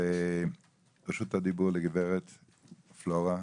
רשות הדיבור לגברת פלורה,